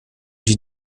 die